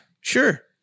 sure